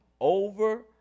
over